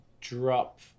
drop